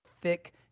thick